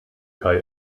kai